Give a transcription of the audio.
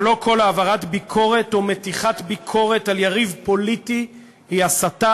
אבל לא כל העברת ביקורת או מתיחת ביקורת על יריב פוליטי היא הסתה,